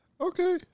Okay